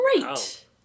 Great